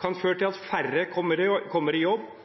«kan føre til at færre kommer i jobb, og at det tar lengre tid før folk kommer i